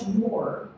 more